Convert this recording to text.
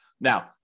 Now